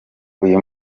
uyu